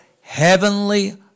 heavenly